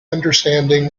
understanding